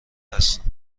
هستند